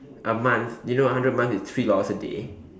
a month do you a hundred month means three dollar a day